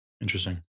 Interesting